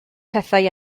pethau